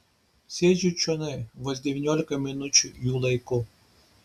sėdžiu čionai vos devyniolika minučių jų laiku